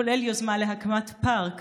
כולל יוזמה להקמת פארק